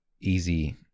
easy